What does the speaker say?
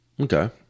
Okay